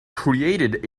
created